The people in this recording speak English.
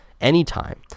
anytime